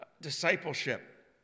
discipleship